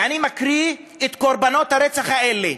ואני מקריא את קורבנות הרצח האלה: